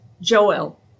Joel